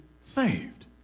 saved